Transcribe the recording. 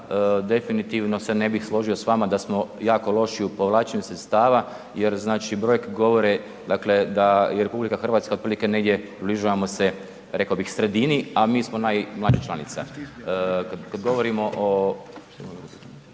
definitivno se ne bih složio sa vama da smo jako loši u povlačenju sredstava jer znači brojke govore dakle da je RH dakle negdje, približavamo se rekao bih sredini a mi smo najmlađa članica. Kad govorimo,